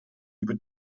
über